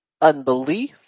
unbelief